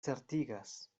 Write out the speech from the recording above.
certigas